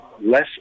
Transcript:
less